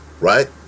Right